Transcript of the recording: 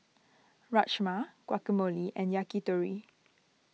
Rajma Guacamole and Yakitori